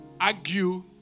argue